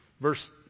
verse